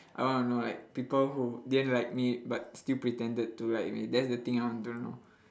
I want to know like people who didn't like me but still pretended to like me that's the thing I want to know